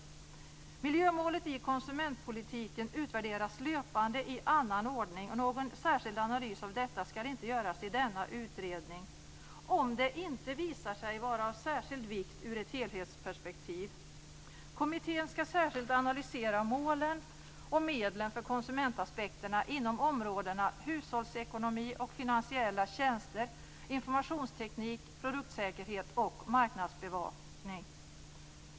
Miljömålet i konsumentpolitiken utvärderas löpande i annan ordning. Någon särskild analys av detta skall inte göras i denna utredning om det inte visar sig vara av särskild vikt ur ett helhetsperspektiv. Kommittén skall särskilt analysera målen och medlen för konsumentaspekterna inom områdena hushållsekonomi och finansiella tjänster, informationsteknik, produktsäkerhet och marknadsbevakning.